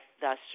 thus